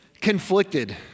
conflicted